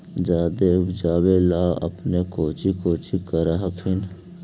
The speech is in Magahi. जादे उपजाबे ले अपने कौची कौची कर हखिन?